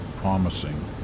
promising